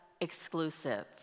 exclusive